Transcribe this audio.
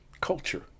culture